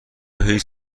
هیچ